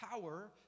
power